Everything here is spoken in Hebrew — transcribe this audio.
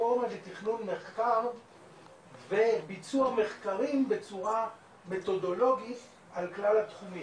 כפלטפורמה לתכנון מחקר וביצוע מחקרים בצורה מתודולוגית על כלל התחומים,